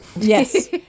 Yes